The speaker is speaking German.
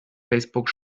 facebook